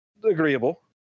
Agreeable